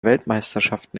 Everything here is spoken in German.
weltmeisterschaften